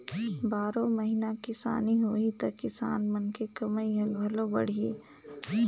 बारो महिना किसानी होही त किसान मन के कमई ह घलो बड़ही